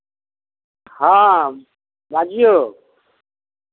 हँ बाजिऔ